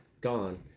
gone